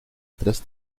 tres